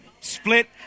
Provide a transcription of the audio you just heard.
split